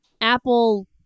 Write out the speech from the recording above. Apple